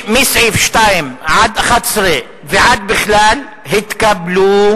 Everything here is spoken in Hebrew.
סעיפים 2 עד 11 ועד בכלל התקבלו,